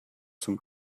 zum